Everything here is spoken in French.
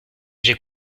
j’ai